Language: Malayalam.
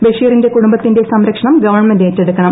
ബഷീറിന്റെ കുടുംബത്തിന്റെ സംരക്ഷണം ഗവൺമെന്റ് ഏറ്റെടുക്കണം